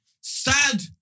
sad